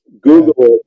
Google